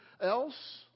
else